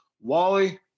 Wally